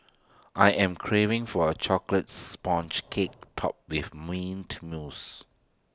I am craving for A Chocolate Sponge Cake Topped with Mint Mousse